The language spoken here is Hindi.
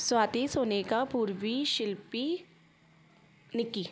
स्वाती सुनेका पूर्वी शिल्पी निक्की